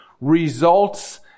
results